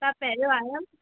तव्हां पहिरियों आहियो